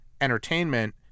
entertainment